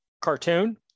cartoon